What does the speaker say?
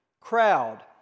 Crowd